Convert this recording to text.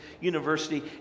university